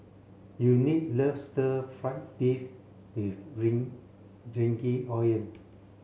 Unique loves stir fry beef with